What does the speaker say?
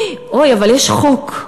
אוי, אבל יש חוק.